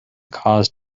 cause